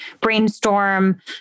brainstorm